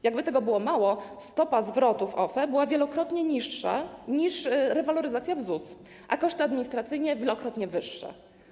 Jakby tego było mało, stopa zwrotu w OFE była wielokrotnie niższa niż rewaloryzacja w ZUS, a koszty administracyjne były wielokrotnie wyższe.